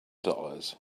dollars